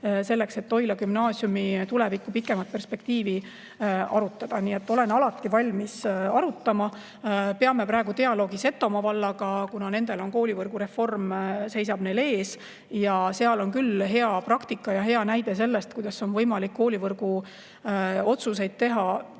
selleks et Toila Gümnaasiumi tuleviku pikemat perspektiivi arutada. Nii et olen alati valmis arutama. Peame praegu dialoogi Setomaa vallaga, kuna nendel seisab koolivõrgu reform ees. Seal on küll hea praktika ja hea näide sellest, kuidas on võimalik koolivõrgu otsuseid teha